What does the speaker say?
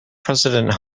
president